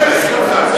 זה לזכותך.